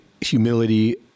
humility